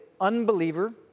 unbeliever